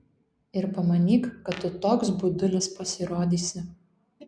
ir pamanyk kad tu toks budulis pasirodysi